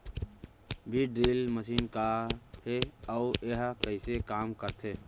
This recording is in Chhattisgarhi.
बीज ड्रिल मशीन का हे अऊ एहा कइसे काम करथे?